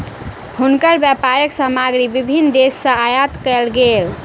हुनकर व्यापारक सामग्री विभिन्न देस सॅ आयात कयल गेल